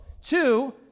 Two